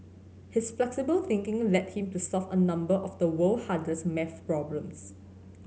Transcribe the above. his flexible thinking led him to solve a number of the world hardest maths problems